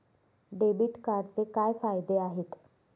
Debit कार्डचे काय फायदे आहेत?